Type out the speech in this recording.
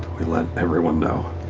we let everyone know.